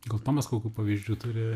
gal tomas kokių pavyzdžių turi